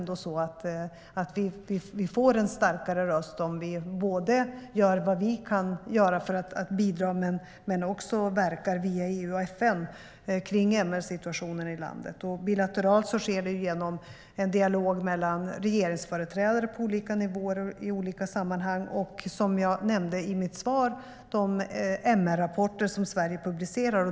Vi får ändå en starkare röst om vi gör vad vi kan göra för att bidra men också verkar via EU och FN kring MR-situationen i landet. Bilateralt sker det genom en dialog mellan regeringsföreträdare på olika nivåer och i olika sammanhang. Som jag nämnde i mitt svar publicerar Sverige MR-rapporter.